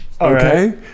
Okay